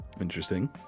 Interesting